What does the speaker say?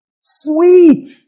Sweet